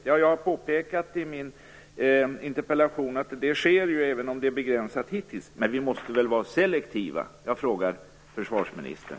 Jag påpekade i min interpellation att detta redan sker, även om det hittills är i begränsad omfattning. Men vi måste vara selektiva. Jag frågar försvarsministern.